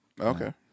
Okay